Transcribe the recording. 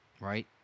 Right